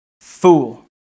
fool